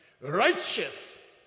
righteous